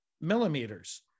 millimeters